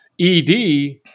ED